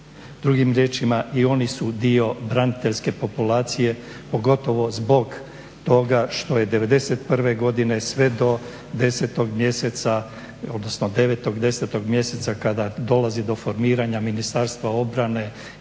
Drugim riječima i oni su dio braniteljske populacije, pogotovo zbog toga što je '91. godine sve do 10. mjeseca, odnosno 9., 10. mjeseca kada dolazi do formiranja Ministarstva obrane